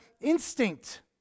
instinct